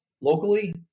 locally